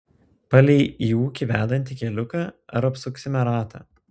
palei į ūkį vedantį keliuką ar apsuksime ratą